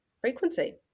frequency